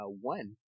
one